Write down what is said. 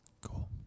Cool